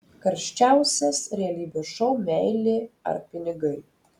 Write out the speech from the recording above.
karščiausias realybės šou meilė ar pinigai